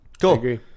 cool